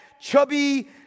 chubby